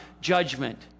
judgment